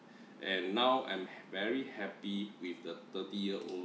and now I'm ha~ very happy with the thirty-year-old